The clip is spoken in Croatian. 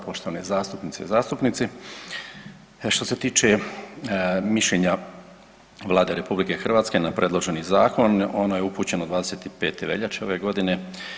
Poštovane zastupnice i zastupnici, što se tiče mišljenja Vlade RH na predloženi zakon ono je upućeno 25. veljače ove godine.